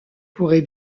pourrait